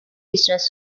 business